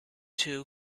two